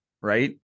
right